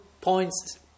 points